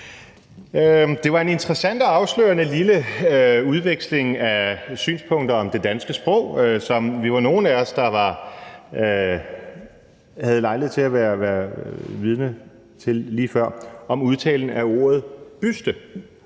Det var en interessant og afslørende lille udveksling af synspunkter om det danske sprog, som jo nogle af os havde lejlighed til at være vidne til lige før, om udtalen af ordet byste,